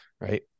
right